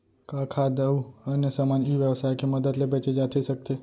का खाद्य अऊ अन्य समान ई व्यवसाय के मदद ले बेचे जाथे सकथे?